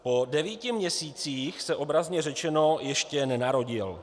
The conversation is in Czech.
Po devíti měsících se, obrazně řečeno, ještě nenarodil.